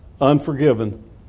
unforgiven